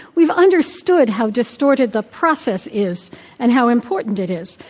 we've understood how distorted the process is and how important it is.